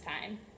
time